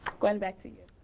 gwen back to you.